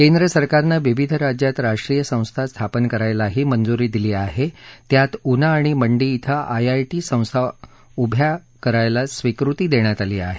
केंद्र सरकारनं विविध राज्यात राष्ट्रीय संस्था स्थापन करायला मंजूरी दिली असून त्यात उना आणि मंडी क्वें आयआयटी संस्था उभ्या करायला स्वीकृती दिली आहे